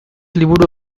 liburu